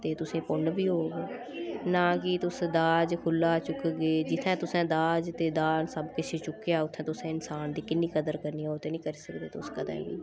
ते तुसेंगी पुन्न बी होग ना कि तुस दाज खुल्ला चुकगे जित्थें तुसें दाज ते दान सब किश चुक्केआ उत्थे तुसें इंसान दी किन्नी कदर करनी ओह् ते नी करी सकदे तुस कदें बी